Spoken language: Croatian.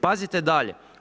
Pazite dalje!